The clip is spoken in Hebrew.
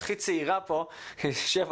היא שבע או שמונה שנים בכנסת,